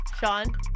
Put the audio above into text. Sean